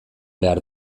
behar